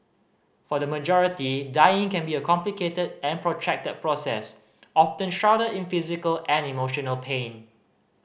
for the majority dying can be a complicated and protracted process often shrouded in physical and emotional pain